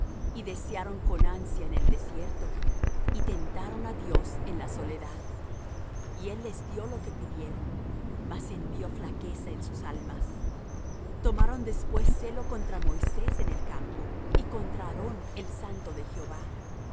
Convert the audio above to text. y desearon con ansia en el desierto y tentaron á dios en la soledad y él les dió lo que pidieron mas envió flaqueza en sus almas tomaron después celo contra moisés en el campo y contra aarón el santo de jehová